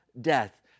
death